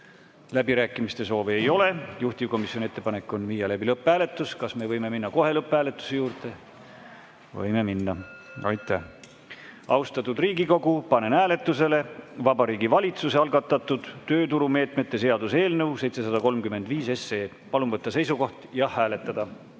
Läbirääkimiste soovi ei ole. Juhtivkomisjoni ettepanek on viia läbi lõpphääletus. Kas me võime minna kohe lõpphääletuse juurde? Võime minna. Aitäh! Austatud Riigikogu, panen hääletusele Vabariigi Valitsuse algatatud tööturumeetmete seaduse eelnõu 735. Palun võtta seisukoht ja hääletada!